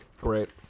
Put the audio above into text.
great